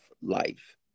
life